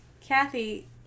Kathy